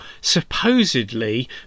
supposedly